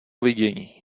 vidění